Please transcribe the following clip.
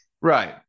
Right